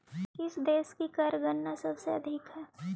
किस देश की कर गणना प्रतिशत सबसे अधिक हई